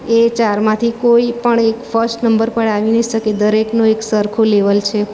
એ ચારમાંથી કોઈ પણ એક ફર્સ્ટ નંબર પર આવી નહીં શકે દરેકનો એક સરખું લેવલ છે